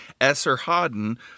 Esarhaddon